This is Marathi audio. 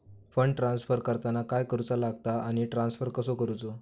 फंड ट्रान्स्फर करताना काय करुचा लगता आनी ट्रान्स्फर कसो करूचो?